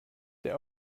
der